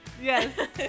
yes